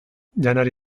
janari